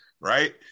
right